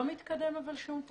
אבל לא מתקדם שום תהליך,